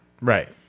right